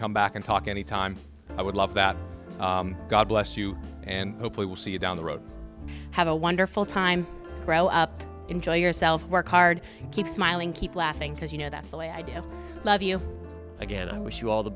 come back and talk anytime i would love that god bless you and hopefully will see you down the road have a wonderful time enjoy yourself work hard keep smiling keep laughing because you know that's the way i do love you again i wish you all the